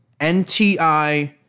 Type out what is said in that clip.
NTI